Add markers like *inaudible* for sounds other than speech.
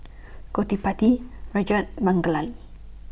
Gottipati Rajat *unintelligible*